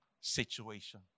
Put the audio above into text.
situation